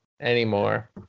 anymore